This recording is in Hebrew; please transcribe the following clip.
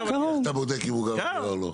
איך אתה בודק אם הוא גר בה או לא.